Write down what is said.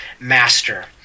master